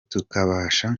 tukabasha